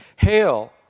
Hail